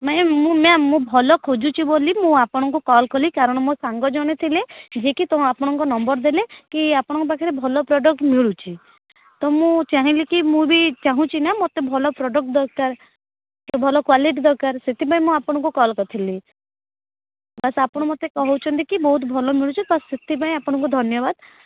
ନାଇଁ ମ୍ୟାମ ମୁଁ ଭଲ ଖୋଜୁଛି ବୋଲି ମୁଁ ଆପଣଙ୍କୁ କଲ କଲି କାରଣ ମୋ ସାଙ୍ଗ ଜଣେ ଥିଲେ ଯିଏକି ଆପଣଙ୍କ ନମ୍ବର ଦେଲେ କି ଆପଣଙ୍କ ପାଖେ ଭଲ ପ୍ରଡକ୍ଟ ମିଳୁଛି ତ ମୁଁ ଚାହିଁଲି କି ମୁଁ ବି ଚାଁହୁଛି ନା ମତେ ଭଲ ପ୍ରଡ଼କ୍ଟ ଦରକାର ଭଲ କ୍ୱାଲିଟି ଦରକାର ସେଥିପାଇଁ ମୁଁ ଆପଣକୁ କଲ କରିଥିଲି ବାସ ଆପଣ ମତେ କହୁଛନ୍ତି କି ବହୁତ ଭଲ ମିଳୁଛି ତ ସେଥିପାଇଁ ଆପଣଙ୍କୁ ଧନ୍ୟବାଦ